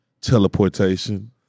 teleportation